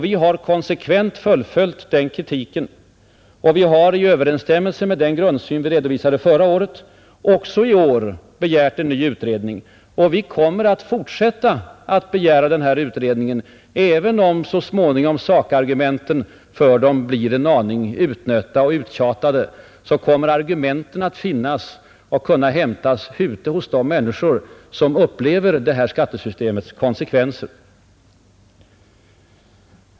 Vi har konsekvent fullföljt den kritiken, och vi har i överensstämmelse med den grundsyn som vi redovisade förra året också i år begärt en utredning. Vi kommer att fortsätta att begära detta. Även om sakargumenten för den så småningom blir en aning utnötta och uttjatade så kommer argumenten därför att kunna hämtas ute hos de människor som upplever skattesystemets konsekvenser.